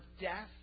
death